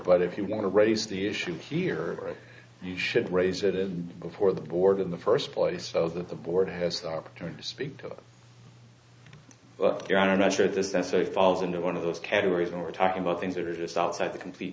but if you want to raise the issue here you should raise it and before the board in the first place so that the board has the opportunity to speak to your own i'm not sure that that's a falls into one of those categories and we're talking about things that are just outside the complete